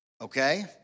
Okay